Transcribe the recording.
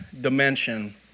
dimension